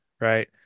right